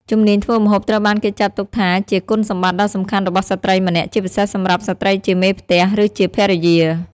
ជំនាញធ្វើម្ហូបត្រូវបានគេចាត់ទុកថាជាគុណសម្បត្តិដ៏សំខាន់របស់ស្ត្រីម្នាក់ ជាពិសេសសម្រាប់ស្ត្រីជាមេផ្ទះ ឬជាភរិយា។